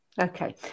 okay